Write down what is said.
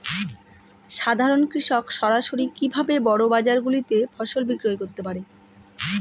সাধারন কৃষক সরাসরি কি ভাবে বড় বাজার গুলিতে ফসল বিক্রয় করতে পারে?